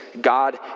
God